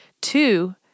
two